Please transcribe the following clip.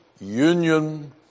union